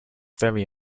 very